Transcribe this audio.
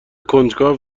کنجکاو